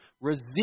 resist